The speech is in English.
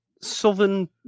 Southern